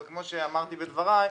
אבל כמו שאמרתי בדבריי,